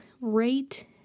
rate